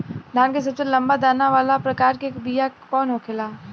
धान के सबसे लंबा दाना वाला प्रकार के बीया कौन होखेला?